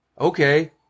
okay